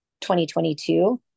2022